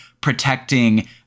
protecting